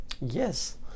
yes